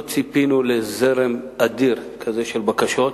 לא ציפינו לזרם אדיר כזה של בקשות.